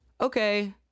okay